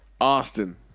Austin